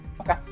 Okay